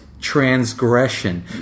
transgression